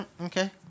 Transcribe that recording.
Okay